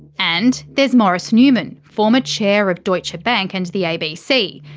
and there's maurice newman, former chair of deutsche bank and the abc.